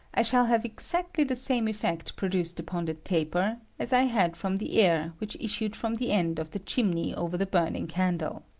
i shall have exactly the same effect produced upon the taper as i had from the air which issued from the end of the chimney over the burning candle.